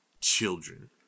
children